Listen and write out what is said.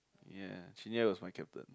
ya Jin-He was my captain